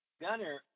Gunner